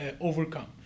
overcome